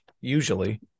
usually